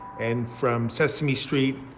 and from sesame street.